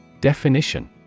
Definition